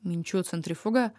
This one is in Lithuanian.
minčių centrifugą